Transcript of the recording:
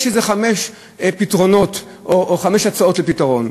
יש איזה חמישה פתרונות או חמש הצעות לפתרון,